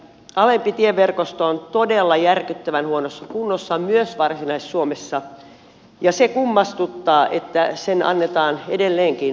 alempi tieverkosto on todella järkyttävän huonossa kunnossa myös varsinais suomessa ja se kummastuttaa että sen annetaan edelleenkin rapistua